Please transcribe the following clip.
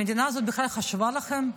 המדינה הזאת בכלל חשבה לכם?